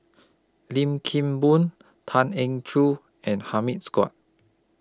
Lim Kim Boon Tan Eng Joo and Hamid Sugaat